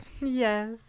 Yes